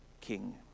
king